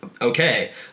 okay